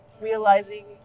realizing